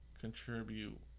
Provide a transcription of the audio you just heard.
contribute